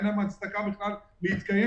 אין להם הצדקה בכלל להתקיים,